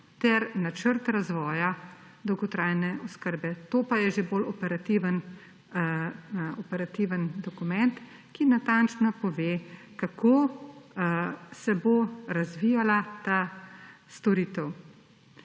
ter načrt razvoja dolgotrajne oskrbe. To pa je že bolj operativen dokument, ki natančno pove, kako se bo razvijala ta storitev.